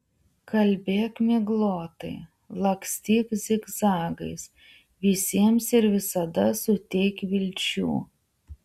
kalbėk miglotai lakstyk zigzagais visiems ir visada suteik vilčių